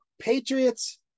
Patriots